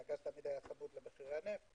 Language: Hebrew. כי הגז תמיד היה צמוד למחירי הנפט,